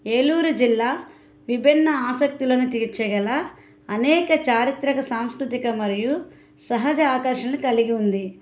ఏలూరు జిల్లా విభిన్న ఆసక్తులను తీర్చ గల అనేక చారిత్రక సాంస్కృతిక మరియు సహజ ఆకర్షణ కలిగి ఉంది